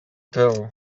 tell